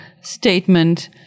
statement